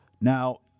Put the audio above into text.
Now